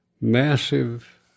massive